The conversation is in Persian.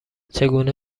چگونه